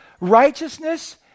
righteousness